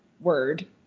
word